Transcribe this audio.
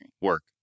work